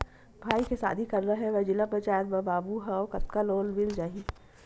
भाई के शादी करना हे मैं जिला पंचायत मा बाबू हाव कतका लोन मिल जाही?